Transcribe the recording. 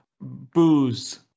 Booze